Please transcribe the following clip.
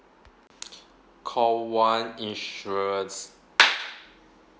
call one insurance